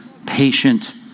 patient